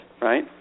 right